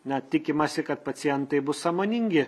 na tikimasi kad pacientai bus sąmoningi